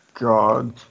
God